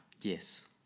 Yes